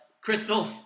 crystal